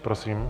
Prosím.